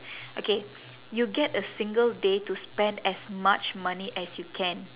okay you get a single day to spend as much money as you can